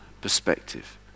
perspective